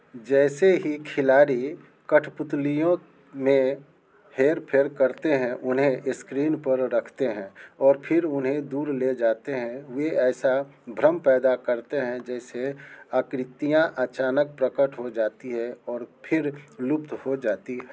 जैसे ही खिलाड़ी कठपुतलियों में हेरफेर करते हैं उन्हें इस्क्रीन पर रखते हैं और फिर उन्हें दूर ले जाते हैं वे ऐसा भ्रम पैदा करते हैं जैसे आकृतियाँ अचानक प्रकट हो जाती हैं और फिर लुप्त हो जाती हैं